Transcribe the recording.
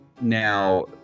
Now